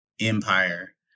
empire